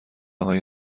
های